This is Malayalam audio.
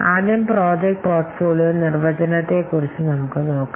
ആദ്യം പ്രോജക്റ്റ് പോർട്ട്ഫോളിയോ നിർവചനത്തെക്കുറിച്ച് നമുക്ക് നോക്കാം